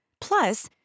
Plus